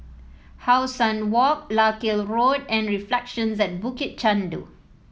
How Sun Walk Larkhill Road and Reflections at Bukit Chandu